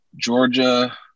Georgia